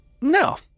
No